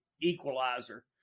equalizer